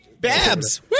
Babs